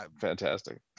Fantastic